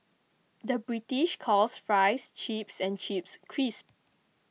the British calls Fries Chips and Chips Crisps